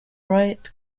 riot